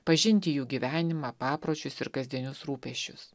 pažinti jų gyvenimą papročius ir kasdienius rūpesčius